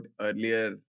earlier